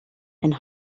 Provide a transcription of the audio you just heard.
and